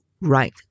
right